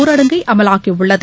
ஊரடங்கை அமலாக்கி உள்ளது